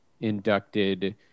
inducted